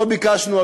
לא ביקשנו,